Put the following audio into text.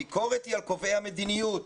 הביקורת היא על קובעי המדיניות.